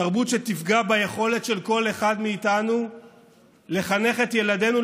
תרבות שתפגע ביכולת של כל אחד מאיתנו לחנך את ילדינו,